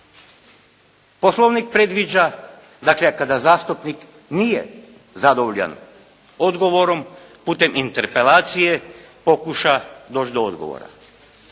Poslovnik predviđa, dakle kada zastupnik nije zadovoljan odgovorom putem interpelacije pokuša doći do odgovora.